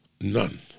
None